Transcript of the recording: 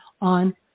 on